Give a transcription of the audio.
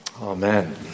Amen